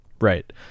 right